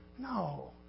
No